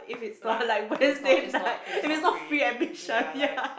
like if it's not is not if it's not free ya like